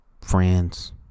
friends